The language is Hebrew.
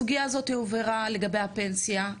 הסוגייה הזאת הובהרה לגבי הפנסיה,